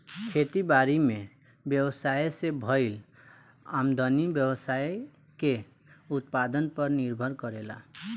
खेती बारी में व्यवसाय से भईल आमदनी व्यवसाय के उत्पादन पर निर्भर करेला